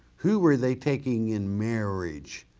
who were they taking in marriage?